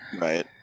right